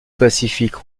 pacifique